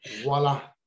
Voila